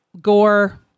gore